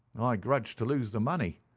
i grudged to lose the money.